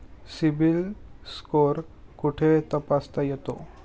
CIBIL score कुठे तपासता येतो?